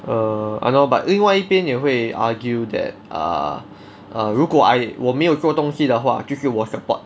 err !hannor! but 另外一边也会 argue that err 如果 I 我没有做东西的话就是我 support